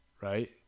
right